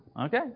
Okay